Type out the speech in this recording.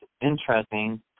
interesting